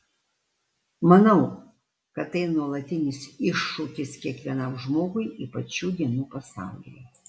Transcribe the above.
manau kad tai nuolatinis iššūkis kiekvienam žmogui ypač šių dienų pasaulyje